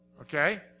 Okay